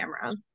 camera